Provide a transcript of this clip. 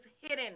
hidden